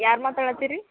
ಯಾರು ಮಾತಾಡತ್ತಿರಿ